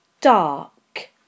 dark